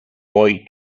poi